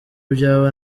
byaba